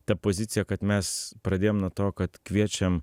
ta pozicija kad mes pradėjom nuo to kad kviečiam